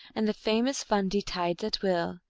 and the famous fundy tides, at will,